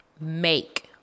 Make